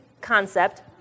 concept